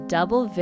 Double